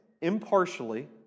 impartially